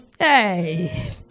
Hey